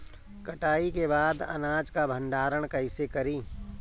कटाई के बाद अनाज का भंडारण कईसे करीं?